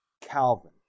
Calvin